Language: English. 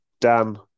Dan